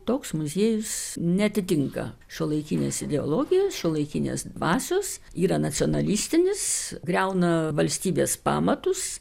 toks muziejus neatitinka šiuolaikinės ideologijos šiuolaikinės dvasios yra nacionalistinis griauna valstybės pamatus